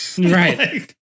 right